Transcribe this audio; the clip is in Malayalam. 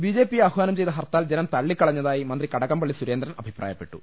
ബിജെപി ആഹ്വാനം ചെയ്ത ഹർത്താൽ ജനം തള്ളിക്കളഞ്ഞതായി മന്ത്രി കടകംപള്ളി സുരേന്ദ്രൻ അഭിപ്രായപ്പെട്ടു